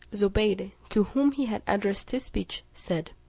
zobeide, to whom he had addressed his speech, said,